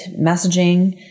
messaging